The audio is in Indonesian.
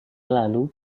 lalu